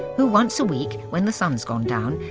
who once a week, when the sun's gone down,